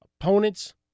opponents